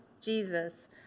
Jesus